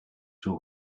two